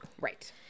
Right